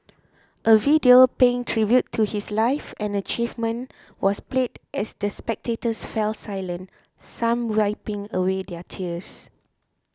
a video paying tribute to his life and achievements was played as the spectators fell silent some wiping away their tears